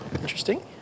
Interesting